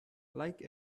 like